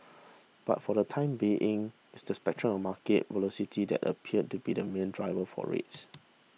but for the time being it's the spectre of market volatility that appears to be the main driver for rates